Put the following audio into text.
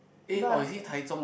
but